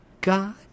God